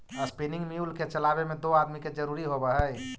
spinning mule के चलावे में दो आदमी के जरुरी होवऽ हई